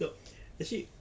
but actually